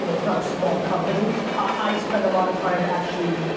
you know it's not a small company. i spent a lot of time actually,